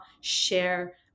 share